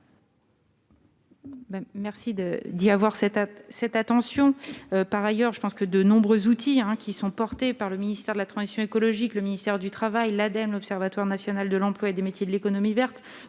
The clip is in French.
Merci de d'avoir cette à cette attention par ailleurs je pense que de nombreux outils hein, qui sont portées par le ministère de la transition écologique, le ministère du Travail Laden l'Observatoire national de l'emploi et des métiers de l'économie verte